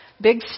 big